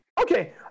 Okay